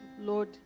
Lord